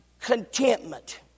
Contentment